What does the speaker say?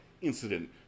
incident